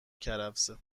کرفسه